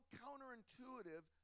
counterintuitive